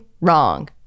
wrong